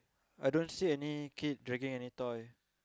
I don't see any kid dragging any toy